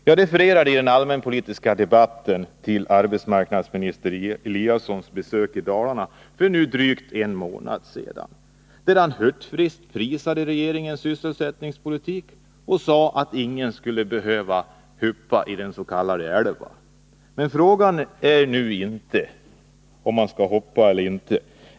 Jag refererade i den allmänpolitiska debatten till arbetsmarknadsminister Eliassons besök i Dalarna för nu drygt en månad sedan, då han hurtfriskt prisade regeringens sysselsättningspolitik och sade att ingen skulle behöva ”huppa i älva”. Men frågan är nu inte om man skall hoppa eller inte.